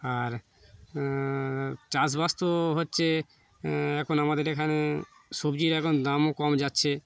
আর চাষবাস তো হচ্ছে এখন আমাদের এখানে সবজির এখন দামও কম যাচ্ছে